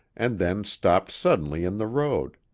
and then stopped suddenly in the road.